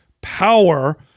power